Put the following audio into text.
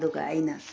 ꯑꯗꯨꯒ ꯑꯩꯅ